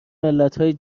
ملتهای